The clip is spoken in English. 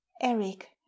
eric